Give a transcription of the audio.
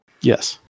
Yes